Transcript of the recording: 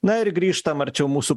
na ir grįžtam arčiau mūsų